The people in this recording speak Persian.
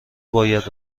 باید